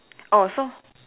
oh so